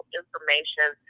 information